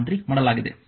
3 ಮಾಡಲಾಗಿದೆ